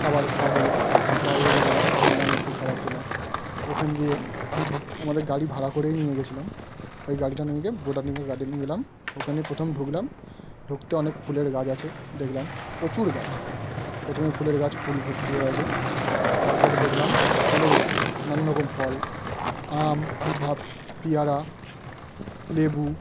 খাবার খাওয়া হল বাইরে গেলাম ঘুরলাম একটু খাবার খেলাম ওখান দিয়ে আমাদের গাড়ি ভাড়া করেই নিয়ে গিয়েছিলাম ওই গাড়িটা নিয়ে গিয়ে বোটানিকাল গার্ডেন নিয়ে গেলাম ওখানে প্রথম ঢুকলাম ঢুকতে অনেক ফুলের গাছ আছে দেখলাম প্রচুর গাছ প্রথমে ফুলের গাছ ফুল ভর্তি হয়ে আছে তারপরে দেখলাম ফলের গাছ নানা রকম ফল আম পেয়ারা লেবু